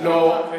לא.